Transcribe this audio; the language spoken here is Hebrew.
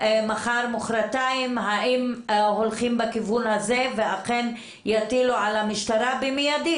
מחר-מוחרתיים האם הולכים בכיוון הזה ואכן יטילו על המשטרה במיידי.